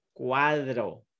Cuadro